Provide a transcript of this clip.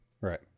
Right